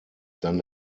dann